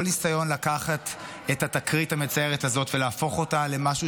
כל ניסיון לקחת את התקרית המצערת הזאת ולהפוך אותה למשהו